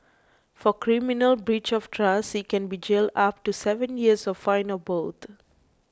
for criminal breach of trust he can be jailed up to seven years or fined or both